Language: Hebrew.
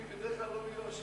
כל המבקש,